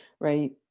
Right